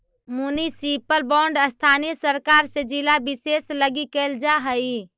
municipal bond स्थानीय सरकार से जिला विशेष लगी कैल जा हइ